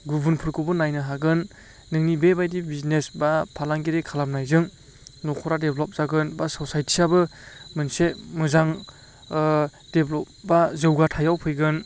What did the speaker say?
गुबुनफोरखौबो नायनो हागोन नोंनि बेबायदि बिजिनेस एबा फालांगिरि खालामनायजों न'खरा डेभ्लप जागोन एबा ससायटियाबो मोनसे मोजां डेभ्लप एबा जौगाथायाव फैगोन